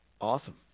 Awesome